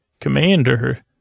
Commander